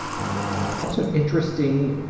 ah got some interesting, ah,